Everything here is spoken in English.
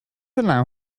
allow